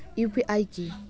UPI কি?